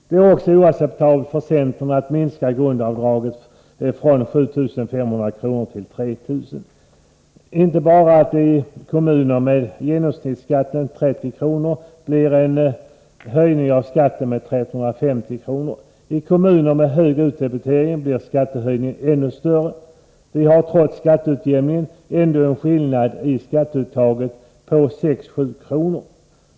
Det är också oacceptabelt för centern att minska grundavdraget från 7 500 kr. till 3 000 kr. I kommuner med genomsnittsskatt på 30 kr. innebär det en höjning av skatten med 1 350 kr. I kommuner med hög utdebitering blir skattehöjningen ännu större. Vi har trots skatteutjämningen ändå en skillnad iskatteuttaget på 6-7 kr.